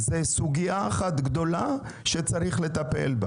זו סוגיה אחת גדולה שבה צריך לטפל.